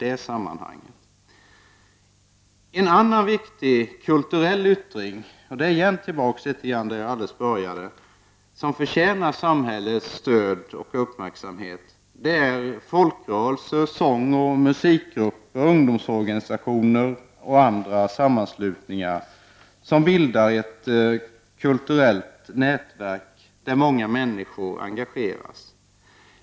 En annan viktig kulturell yttring som förtjänar samhällets stöd och uppmärksamhet är folkrörelser, sångoch musikgrupper, ungdomsorganisationer och andra sammanslutningar. De bildar ett kulturellt nätverk där många människor engagerar sig.